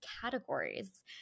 categories